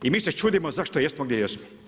I mi se čudimo zašto jesmo, gdje jesmo.